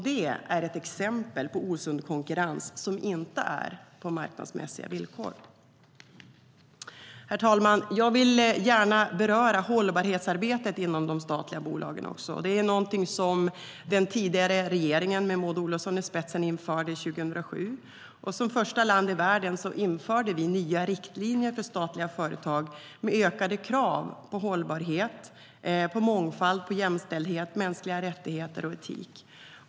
Det är ett exempel på osund konkurrens som inte är på marknadsmässiga villkor. Herr talman! Jag vill gärna beröra hållbarhetsarbetet inom de statliga bolagen. Det är något som den tidigare regeringen med Maud Olofsson i spetsen införde 2007. Som första land i världen införde vi nya riktlinjer för statliga företag med ökade krav på hållbarhet, mångfald, jämställdhet, mänskliga rättigheter och etik.